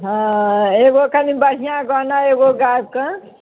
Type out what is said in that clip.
हँ एगो कनि बढ़िआँ गाना एगो गाबि कऽ